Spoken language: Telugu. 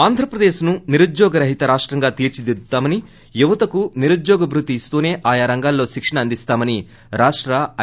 ఆంధ్రప్రదేశ్ను నిరుద్యోగ రహిత రాష్టంగా తీర్పిదిద్దుతామని యువతకు నిరుద్యోగ భృతి ఇస్తూసే ఆయా రంగాల్లో శిక్షణ అందీస్తామని రాష్ట్ ఐ